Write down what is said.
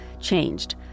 changed